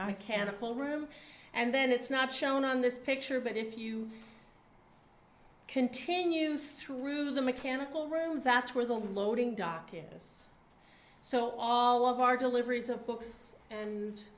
cannibal room and then it's not shown on this picture but if you continue through the mechanical room that's where the loading dock is so all of our deliveries of books and